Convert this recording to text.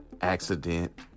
accident